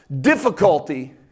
difficulty